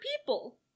people